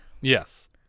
yes